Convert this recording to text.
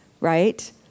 right